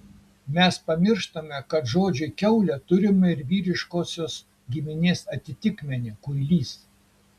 mes pamirštame kad žodžiui kiaulė turime ir vyriškosios giminės atitikmenį kuilys